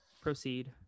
proceed